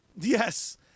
Yes